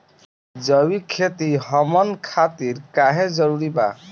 जैविक खेती हमन खातिर काहे जरूरी बा?